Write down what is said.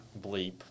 bleep